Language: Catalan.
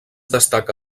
destaca